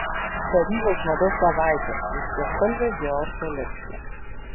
paryžiaus mados savaitė ryškiaspalvė dior kolekcija